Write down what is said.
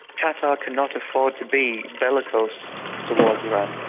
qatar cannot afford to be bellicose towards iran.